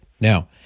Now